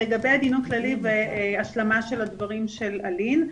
לגבי הדיון הכללי והשלמה של הדברים של אלין,